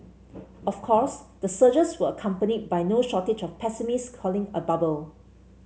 of course the surges were accompanied by no shortage of pessimists calling a bubble